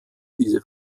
diese